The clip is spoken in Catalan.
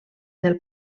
del